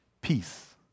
peace